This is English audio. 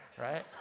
Right